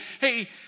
hey